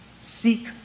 seek